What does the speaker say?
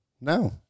No